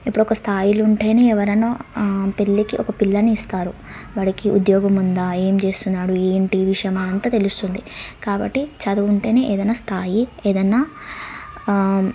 ఇప్పుడు ఒక స్థాయిలు ఉంటేనే ఎవరన్నా పెళ్ళికి ఒక పిల్లని ఇస్తారు వాడికి ఉద్యోగం ఉందా ఏం చేస్తున్నాడు ఏంటి విషయం అని అంతా తెలుస్తుంది కాబట్టి చదువు ఉంటేనే ఏదన్నా స్థాయి ఏదన్నా